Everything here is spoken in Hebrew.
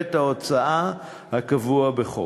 מגבלת ההוצאה הקבוע בחוק.